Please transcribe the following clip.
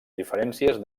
diferències